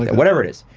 whatever it is.